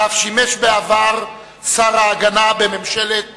ואף שימש בעבר שר ההגנה בממשלת פולין.